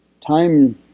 time